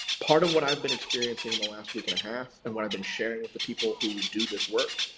part of what i've been experiencing in the last week and a half, and what i've been sharing with the people who do this work,